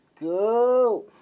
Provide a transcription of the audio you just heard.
go